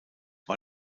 war